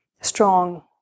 strong